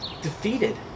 defeated